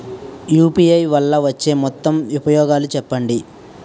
UPI వల్ల వచ్చే మొత్తం ఉపయోగాలు చెప్పండి?